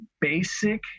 basic